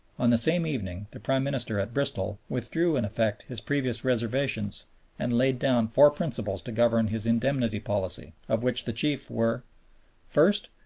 on the same evening the prime minister at bristol withdrew in effect his previous reservations and laid down four principles to govern his indemnity policy, of which the chief were first,